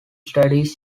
standish